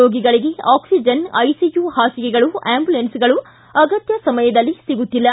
ರೋಗಿಗಳಿಗೆ oxygen ICU ಪಾಸಿಗೆಗಳು ಆಂಬುಲೆನ್ಸ್ಗಳು ಆಗತ್ಯ ಸಮಯದಲ್ಲಿ ಸಿಗುತ್ತಿಲ್ಲ